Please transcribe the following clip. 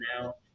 now